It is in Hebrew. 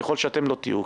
ככל שאתם לא תהיו,